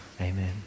Amen